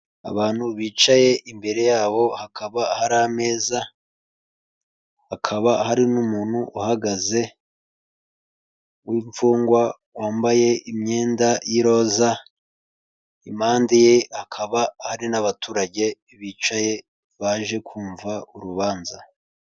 Abantu bicaye imbere yabo hakaba hari ameza, hakaba hari n'umuntu uhagaze w'imfungwa wambaye imyenda y'iroza, impande ye hakaba hari n'abaturage bicaye baje kumva urubanza.